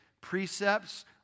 precepts